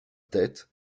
tête